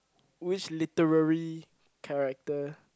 which literary character